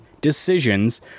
decisions